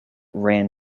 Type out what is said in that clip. ran